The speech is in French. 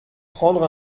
prendre